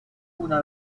una